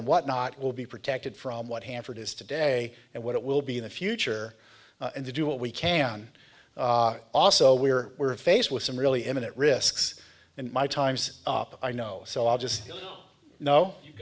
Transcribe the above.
and whatnot will be protected from what hanford is today and what it will be in the future and to do what we can also we are faced with some really imminent risks and my time's up i know so i'll just you know